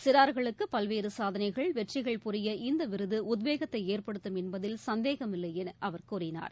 சிறார்களுக்கு பல்வேறு சாதனைகள் வெற்றிகள் புரிய இந்த விருது உத்வேகத்தை ஏற்படுத்தும் என்பதில் சந்தேகமில்லை என அவர் கூறினார்